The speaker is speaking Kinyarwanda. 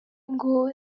ngo